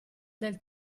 del